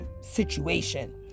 situation